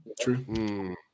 true